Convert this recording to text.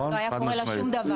לא היה קורה לה שום דבר.